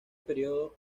periodo